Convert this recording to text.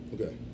Okay